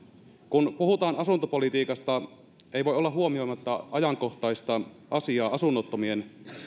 kun puhutaan asuntopolitiikasta ei voi olla huomioimatta ajankohtaista asiaa asunnottomien